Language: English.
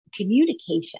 Communication